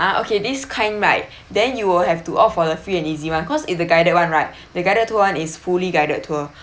ah okay this kind right then you will have to opt for the free and easy one cause in the guided one right the guided tour one is fully guided tour